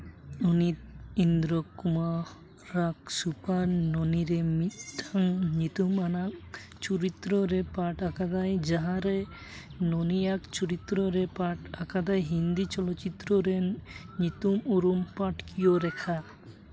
ᱩᱱᱤ ᱤᱱᱫᱨᱚ ᱠᱩᱢᱟᱨᱟᱜ ᱥᱩᱯᱟᱨ ᱱᱚᱱᱤᱨᱮ ᱢᱤᱫᱴᱟᱱ ᱧᱩᱛᱩᱢ ᱟᱱᱟᱜ ᱪᱚᱨᱤᱛᱨᱚ ᱨᱮ ᱯᱟᱴᱷ ᱟᱠᱟᱫᱟᱭ ᱡᱟᱦᱟᱸ ᱨᱮ ᱚᱱᱤᱭᱟᱜ ᱪᱚᱨᱤᱛᱨᱚ ᱨᱮ ᱯᱟᱴᱷ ᱟᱠᱟᱫᱟᱭ ᱦᱤᱱᱫᱤ ᱪᱚᱞᱚᱛ ᱪᱤᱛᱨᱚ ᱨᱮᱱ ᱧᱩᱛᱩᱢ ᱩᱨᱩᱢ ᱯᱟᱴᱷᱠᱤᱟᱹ ᱨᱮᱠᱷᱟ